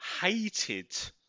hated